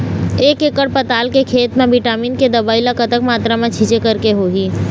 एक एकड़ पताल के खेत मा विटामिन के दवई ला कतक मात्रा मा छीचें करके होही?